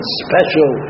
special